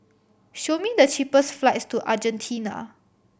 show me the cheapest flights to Argentina